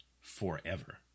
forever